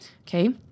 Okay